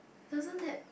doesn't that